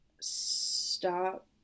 stop